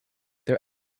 their